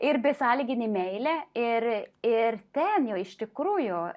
ir besąlyginė meilė ir ir ten jau iš tikrųjų